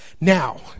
Now